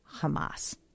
Hamas